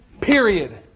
period